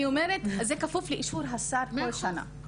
אני אומרת זה כפוף לאישור השר בכל שנה.